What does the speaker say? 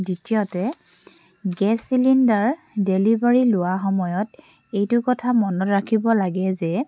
দ্বিতীয়তে gas cylinder delivery লোৱাৰ সময়ত এইটো কথা মনত ৰাখিব লাগে যে